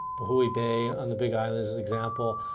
lihue bay on the big island is example.